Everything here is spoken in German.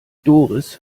doris